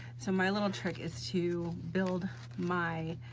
so my little trick is to build my